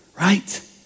right